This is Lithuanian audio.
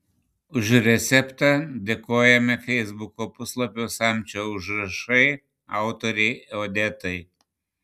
už receptą dėkojame feisbuko puslapio samčio užrašai autorei odetai